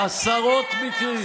אז שיענה.